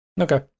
Okay